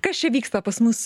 kas čia vyksta pas mus